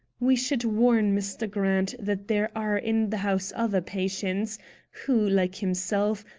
we should warn mr. grant that there are in the house other patients who, like himself,